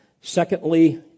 Secondly